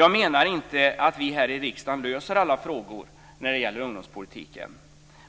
Jag menar inte att vi här i riksdagen löser alla frågor når det gäller ungdomspolitiken,